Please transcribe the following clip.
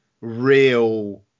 real